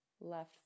left